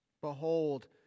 behold